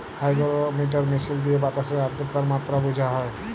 hygrometer মিশিল দিঁয়ে বাতাসের আদ্রতার মাত্রা বুঝা হ্যয়